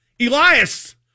Elias